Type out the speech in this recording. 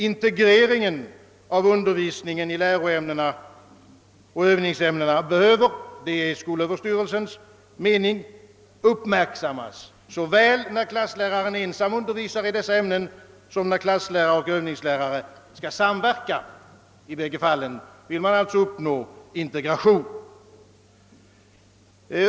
Integreringen av undervisningen i läroämnen och övningsämnen behöver — det är skolöverstyrelsens mening — uppmärksammas såväl när klassläraren ensam undervisar i dessa ämnen som när klasslärare och övningslärare skall samverka. I båda fallen vill man alltså uppnå integration.